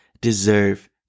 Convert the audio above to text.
deserve